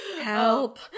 Help